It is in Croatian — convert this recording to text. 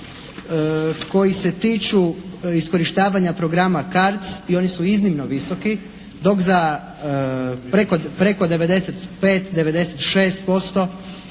koji se tiču iskorištavanja programa Cards i oni su iznimno visoki dok za preko 95, 96%